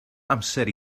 amser